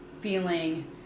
feeling